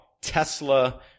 Tesla